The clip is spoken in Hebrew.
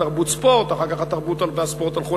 תרבות וספורט,